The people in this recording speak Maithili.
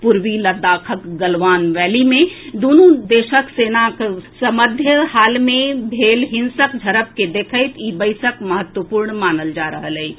पूर्वी लद्दाखक गलवान वैली मे दुनू देशक सेना सभक मध्य हाल मे भेल हिंसक झड़प के देखैत ई बैसक महत्वपूर्ण मानल जा रहल अछि